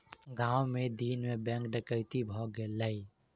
गाम मे दिन मे बैंक डकैती भ गेलै